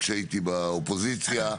כשהיינו באופוזיציה,